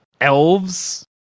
elves